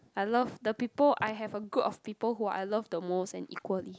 I love the people I have a group of people who I love the most and equally